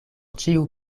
ĉiu